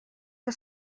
que